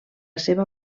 seva